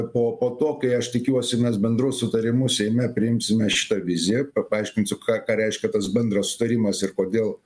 po po to kai aš tikiuosi mes bendru sutarimu seime priimsime šitą viziją pa paaiškinsiu ką ką reiškia tas bendras sutarimas ir kodėl